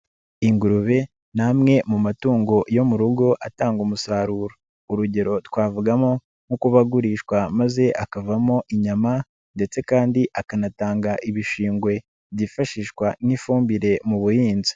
Ingurube ni amwe mu matungo yo mu rugo atanga umusaruro, urugero twavugamo nko kubagurishwa maze akavamo inyama ndetse kandi akanatanga ibishingwe byifashishwa n'ifumbire mu buhinzi.